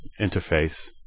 interface